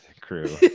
crew